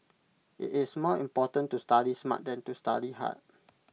IT is more important to study smart than to study hard